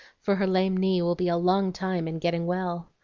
for her lame knee will be a long time in getting well.